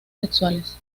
sexuales